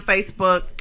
Facebook